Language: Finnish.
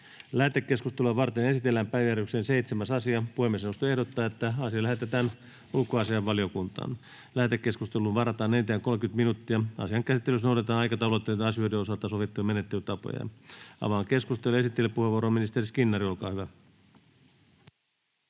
Lähetekeskustelua varten esitellään päiväjärjestyksen 7. asia. Puhemiesneuvosto ehdottaa, että asia lähetetään ulkoasiainvaliokuntaan. Lähetekeskusteluun varataan enintään 30 minuuttia. Asian käsittelyssä noudatetaan aikataulutettujen asioiden osalta sovittuja menettelytapoja. — Avaan keskustelun. Esittelypuheenvuoro, ministeri Skinnari, olkaa hyvä.